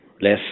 less